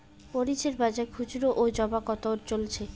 মরিচ এর বাজার খুচরো ও জমা কত চলছে?